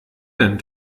denn